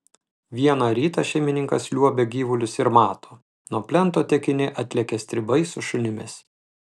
vieną rytą šeimininkas liuobia gyvulius ir mato nuo plento tekini atlekia stribai su šunimis